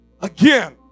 again